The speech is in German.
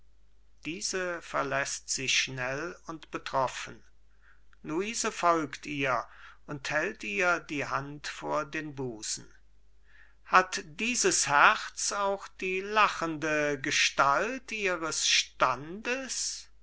luise folgt ihr und hält ihr die hand vor den busen hat dieses herz auch die lachende gestalt ihres standes